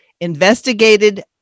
investigated